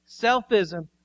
Selfism